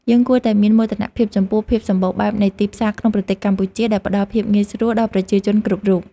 យើងគួរតែមានមោទនភាពចំពោះភាពសម្បូរបែបនៃទីផ្សារក្នុងប្រទេសកម្ពុជាដែលផ្ដល់ភាពងាយស្រួលដល់ប្រជាជនគ្រប់រូប។